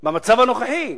במצב הנוכחי.